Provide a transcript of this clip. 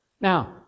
Now